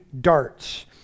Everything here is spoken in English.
darts